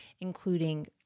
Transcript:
including